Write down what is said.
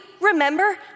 remember